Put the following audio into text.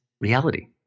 reality